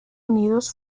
unidos